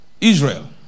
Israel